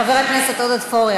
חבר הכנסת עודד פורר,